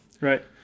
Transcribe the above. Right